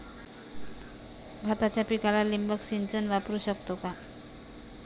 भाताच्या पिकाला ठिबक सिंचन वापरू शकतो का?